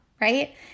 right